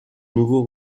nouveau